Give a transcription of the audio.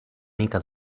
mica